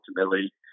ultimately